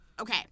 Okay